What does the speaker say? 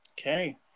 Okay